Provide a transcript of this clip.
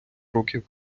років